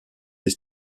des